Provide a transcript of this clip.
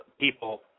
people